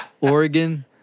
Oregon